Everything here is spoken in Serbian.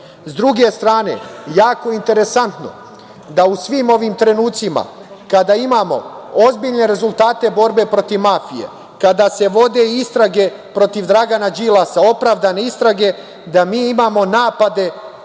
druge strane, jako interesantno da u svim ovim trenucima kada imamo ozbiljne rezultate borbe protiv mafije, kada se vode istrage protiv Dragana Đilasa, opravdane istrage, da mi imamo